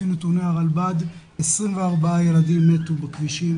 לפי נתוני הרלב"ד 24 ילדים מתו בכבישים,